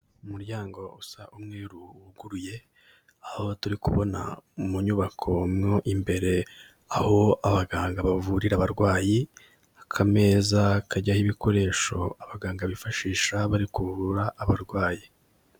Umuryango usa umweru wuguruye, aho turi kubona mu nyubako mo imbere aho abaganga bavurira abarwayi, akameza kajyaho ibikoresho abaganga bifashisha bari kuvura abarwayi.